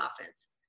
offense